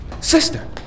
Sister